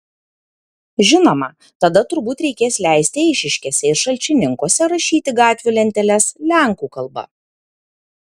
žinoma tada turbūt reikės leisti eišiškėse ir šalčininkuose rašyti gatvių lenteles lenkų kalba